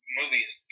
movies